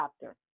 chapter